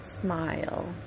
smile